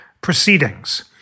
proceedings